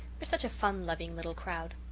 are such a fun-loving little crowd.